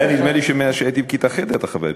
היה נדמה לי שמאז שהייתי בכיתה ח' אתה חבר כנסת.